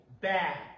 bad